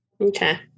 okay